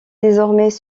désormais